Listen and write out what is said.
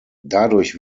dadurch